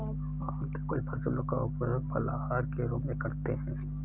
औरतें कुछ फसलों का उपयोग फलाहार के रूप में करते हैं